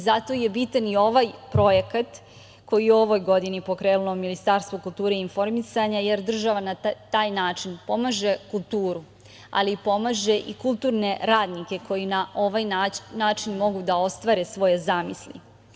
Zato je bitan i ovaj projekat koji je u ovoj godini pokrenulo Ministarstvo kulture i informisanja, jer država na taj način pomaže kulturu, ali pomaže i kulturne radnike koji na ovaj način mogu da ostvare svoje zamisli.